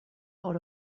out